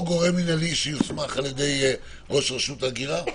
או גורם מנהלי שיוסמך על ידי ראש רשות הגירה.